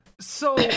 So-